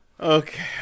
Okay